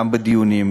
גם בדיונים,